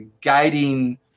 guiding